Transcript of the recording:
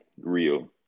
real